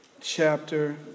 chapter